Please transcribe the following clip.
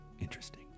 interesting